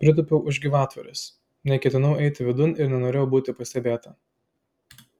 pritūpiau už gyvatvorės neketinau eiti vidun ir nenorėjau būti pastebėta